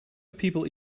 people